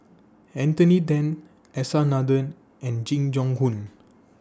Anthony Then S R Nathan and Jing Jun Hong